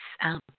out